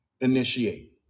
initiate